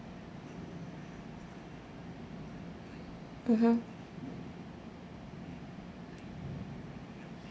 mmhmm